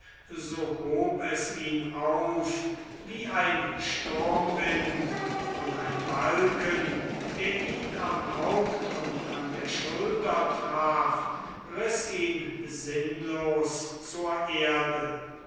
so hob es ihn auf wie ein sturmwind und ein balken der ihn am haupt und an der schulter traf riß ihn sinnlos zur erde